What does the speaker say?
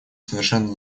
совершенно